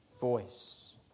voice